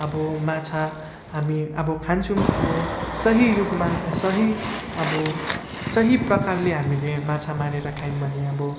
अब माछा हामी अब खान्छौँ अब सही रूपमा सही अब सही प्रकारले हामीले माछा मारेर खायौँ भने अब